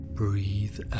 breathe